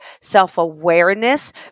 self-awareness